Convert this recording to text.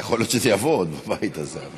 יכול להיות שזה יבוא עוד בבית הזה,